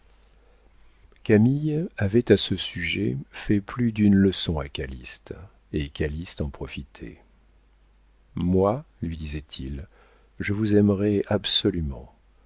camille avait à ce sujet fait plus d'une leçon à calyste et calyste en profitait moi lui disait-il je vous aimerai absolument